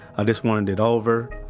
i just wanted it over.